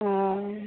और